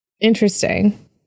interesting